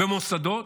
במוסדות,